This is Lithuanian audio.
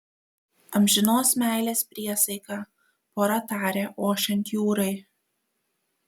amžinos meilės priesaiką pora tarė ošiant jūrai